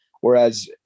Whereas